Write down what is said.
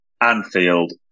Anfield